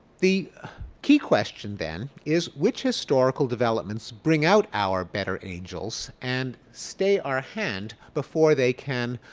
the key question then is, which historical developments bring out our better angels and stay our hand before they can